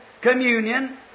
communion